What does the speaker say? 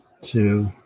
two